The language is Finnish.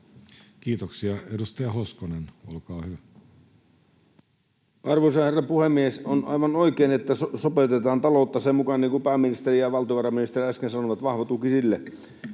Kiitoksia. — Edustaja Hoskonen, olkaa hyvä. Arvoisa herra puhemies! On aivan oikein, että sopeutetaan taloutta sen mukaan, niin kuin pääministeri ja valtiovarainministeri äsken sanoivat — vahva tuki sille